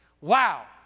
Wow